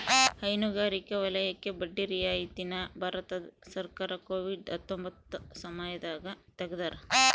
ಹೈನುಗಾರಿಕೆ ವಲಯಕ್ಕೆ ಬಡ್ಡಿ ರಿಯಾಯಿತಿ ನ ಭಾರತ ಸರ್ಕಾರ ಕೋವಿಡ್ ಹತ್ತೊಂಬತ್ತ ಸಮಯದಾಗ ತೆಗ್ದಾರ